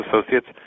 associates